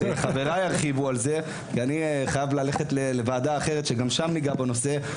חבריי ירחיבו על זה כי אני חייב ללכת לוועדה אחרת שגם שם ניגע בנושא.